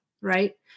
right